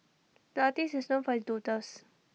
the artist is known for his doodles